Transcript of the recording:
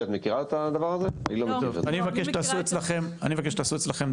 אני מבקש שתעשו אצלכם דיון,